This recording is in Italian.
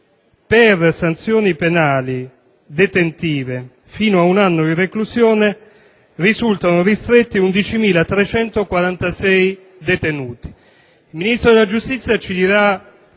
per sanzioni penali detentive fino ad un anno di reclusione risultano ristretti 11.346 detenuti. Il Ministro della giustizia ci riferirà